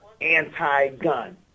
anti-gun